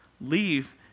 leave